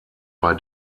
bei